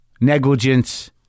negligence